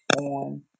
on